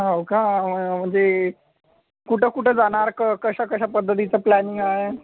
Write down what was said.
हो का म्हणजे कुठं कुठं जाणार कं कशा कशा पद्धतीचा प्लॅनिंग आहे